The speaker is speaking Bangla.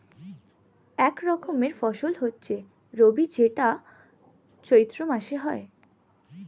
এক রকমের ফসল হচ্ছে রবি যেটা চৈত্র মাসে হয়